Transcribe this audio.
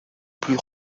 plus